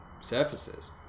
surfaces